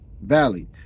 Valley